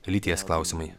lyties klausimai